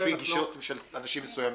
לפי גישות של אנשים מסוימים.